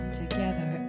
together